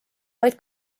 vaid